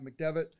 McDevitt